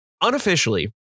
Unofficially